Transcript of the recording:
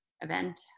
event